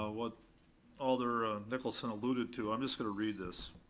ah what alder nicholson alluded to, i'm just gonna read this.